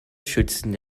schützen